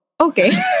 okay